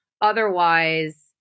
Otherwise